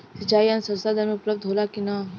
सिंचाई यंत्र सस्ता दर में उपलब्ध होला कि न?